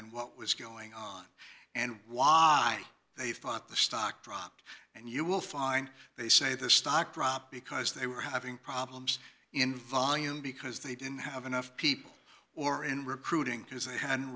and what was going on and why they thought the stock dropped and you will find they say the stock dropped because they were having problems in volume because they didn't have enough people or in recruiting because they hadn't